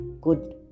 good